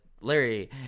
Larry